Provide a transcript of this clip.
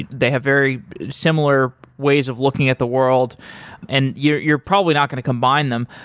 they have very similar ways of looking at the world and you're you're probably not going to combine them.